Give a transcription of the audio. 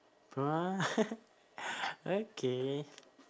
what okay